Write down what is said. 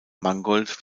mangold